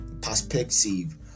perspective